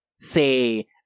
say